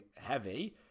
heavy